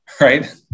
right